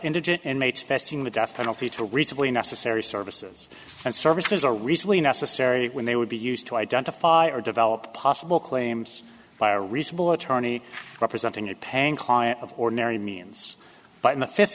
indigent and mates testing the death penalty to recently necessary services and services are recently necessary when they would be used to identify or develop possible claims by a reasonable attorney representing a pang client of ordinary means but in the fifth